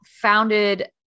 founded